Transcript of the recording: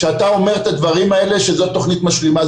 שאתה אומר את הדברים האלה שזו תוכנית משלימה.